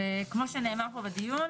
וכמו שנאמר פה בדיון,